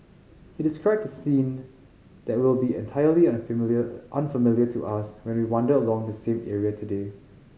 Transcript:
he described a scene that will be entirely unfamiliar unfamiliar to us when we wander along the same area today